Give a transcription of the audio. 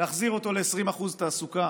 להחזיר אותו ל-20% תעסוקה,